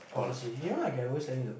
Prophecy you want I can always lend you the